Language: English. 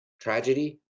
tragedy